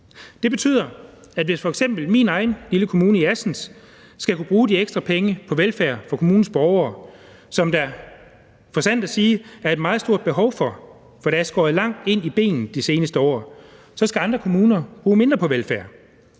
Det betyder, at hvis f.eks. min egen lille kommune i Assens skal kunne bruge de ekstra penge på velfærd for kommunens borgere, som der sandt at sige er et meget stort behov for, for der er skåret langt ind i benet de seneste år, så skal andre kommuner bruge mindre på velfærd.